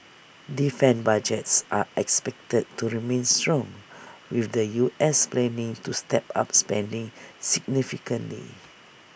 defence budgets are expected to remain strong with the U S planning to step up spending significantly